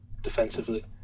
defensively